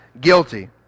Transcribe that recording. guilty